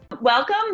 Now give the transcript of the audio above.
Welcome